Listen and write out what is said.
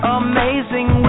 amazing